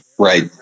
Right